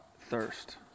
thirst